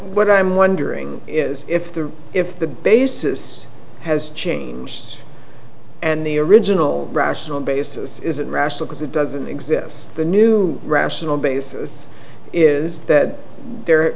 what i'm wondering is if the if the basis has changed and the original rational basis isn't rational as it doesn't exist the new rational basis is that there